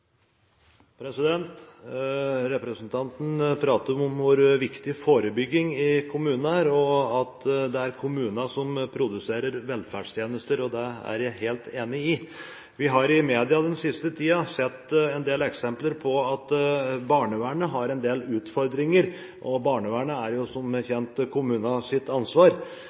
kommunene som produserer velferdstjenester. Det er jeg helt enig i. Vi har i media den siste tiden sett en del eksempler på at barnevernet har en del utfordringer, og barnevernet er jo som kjent kommunenes ansvar.